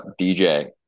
DJ